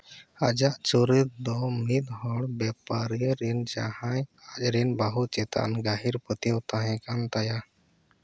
ᱟᱡᱟᱜ ᱪᱩᱨᱤᱛ ᱫᱚ ᱢᱤᱫ ᱦᱚᱲ ᱵᱮᱯᱟᱨᱤᱭᱟᱹ ᱨᱮᱱ ᱡᱟᱦᱟᱸᱭ ᱟᱡᱨᱮᱱ ᱵᱟᱹᱦᱩ ᱪᱮᱛᱟᱱ ᱜᱟᱹᱦᱤᱨ ᱯᱟᱹᱛᱭᱟᱹᱣ ᱛᱟᱦᱮᱸᱠᱟᱱ ᱛᱟᱭᱟ